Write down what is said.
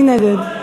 מי נגד?